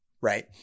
right